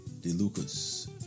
DeLucas